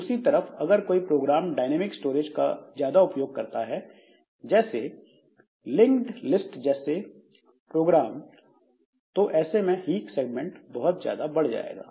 दूसरी तरफ अगर कोई प्रोग्राम डायनेमिक स्टोरेज का ज्यादा उपयोग करता है जैसे लिंक्ड लिस्ट Linked list जैसे प्रोग्राम तो ऐसे में हीप सेगमेंट बहुत ज्यादा बढ़ जाएगा